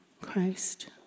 Christ